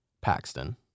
Paxton